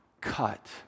cut